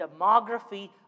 demography